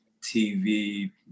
TV